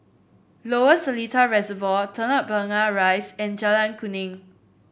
Lower Seletar Reservoir Telok Blangah Rise and Jalan Kuning